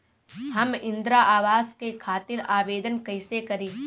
हम इंद्रा अवास के खातिर आवेदन कइसे करी?